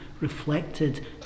reflected